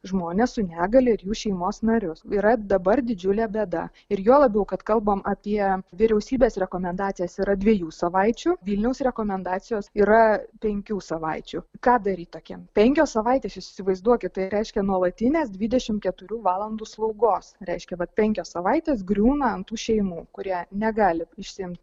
žmones su negalia ir jų šeimos narius yra dabar didžiulė bėda ir juo labiau kad kalbam apie vyriausybės rekomendacijas yra dviejų savaičių vilniaus rekomendacijos yra penkių savaičių ką daryt tokiem penkios savaitės jūs įsivaizduokit tai reiškia nuolatines dvidešim keturių valandų slaugos reiškia vat penkios savaitės griūna ant tų šeimų kurie negali išsiimt